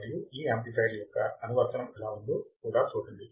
మరియు ఈ యాంప్లిఫైయర్ల యొక్క అనువర్తనం ఎలా ఉందో కూడా చూడండి